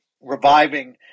reviving